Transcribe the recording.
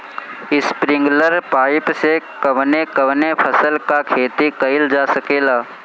Sprinkler pipe से कवने कवने फसल क खेती कइल जा सकेला?